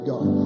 God